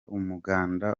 umuganda